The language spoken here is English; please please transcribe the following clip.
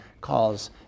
calls